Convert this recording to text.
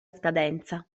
scadenza